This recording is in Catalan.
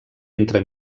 entre